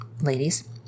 ladies